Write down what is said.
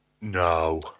No